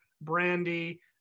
brandy